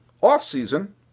off-season